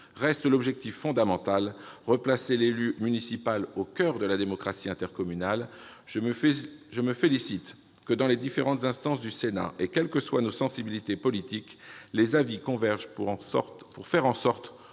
Reste l'objectif fondamental : replacer l'élu municipal au coeur de la démocratie intercommunale. Je me félicite de ce que, dans les différentes instances du Sénat, et quelles que soient nos sensibilités politiques, les avis convergent pour faire en sorte